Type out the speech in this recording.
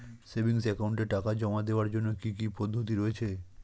Savings একাউন্টে টাকা জমা দেওয়ার জন্য কি কি পদ্ধতি রয়েছে?